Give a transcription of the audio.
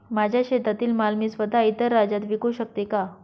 माझ्या शेतातील माल मी स्वत: इतर राज्यात विकू शकते का?